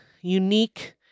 unique